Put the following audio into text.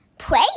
Play